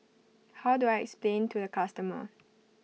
how do I explain to the customer